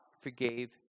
forgave